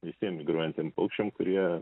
visiem migruojantiem paukščiam kurie